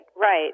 right